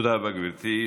תודה רבה, גברתי.